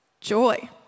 Joy